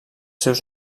seus